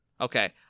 Okay